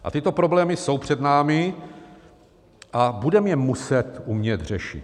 A tyto problémy jsou před námi a budeme je muset umět řešit.